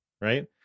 right